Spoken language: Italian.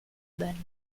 bennett